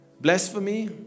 blasphemy